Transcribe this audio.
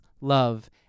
love